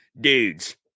dudes